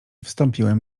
wstąpiłem